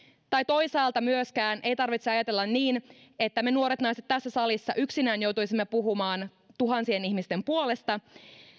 tai toisaalta myöskään ei tarvitse ajatella niin että me nuoret naiset tässä salissa yksinään joutuisimme puhumaan tuhansien ihmisten puolesta